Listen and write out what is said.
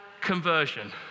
conversion